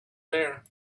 there